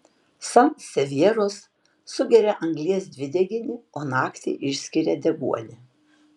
sansevjeros sugeria anglies dvideginį o naktį išskiria deguonį